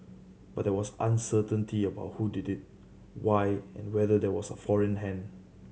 but there was uncertainty about who did it why and whether there was a foreign hand